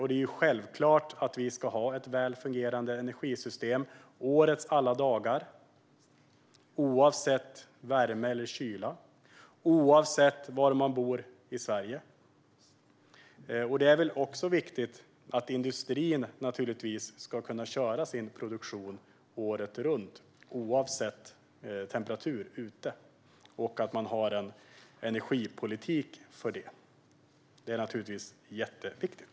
Det är självklart att vi ska ha ett väl fungerande energisystem årets alla dagar, oavsett värme eller kyla och oavsett var i Sverige man bor. Det är också viktigt att industrin kan ha sin produktion året runt, oavsett utetemperatur, och att man har en energipolitik för det. Det är naturligtvis jätteviktigt.